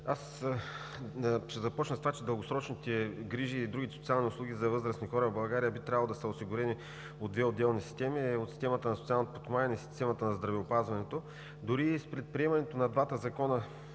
Ще започна с това, че дългосрочните грижи и другите социални услуги за възрастни хора в България би трябвало да се осигурени от две отделни системи – от системата на социалното подпомагане и системата на здравеопазването. Дори и с приемането на двата закона